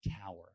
tower